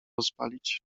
rozpalić